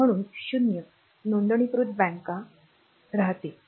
म्हणून 0 नोंदणीकृत बँका अछूत राहतील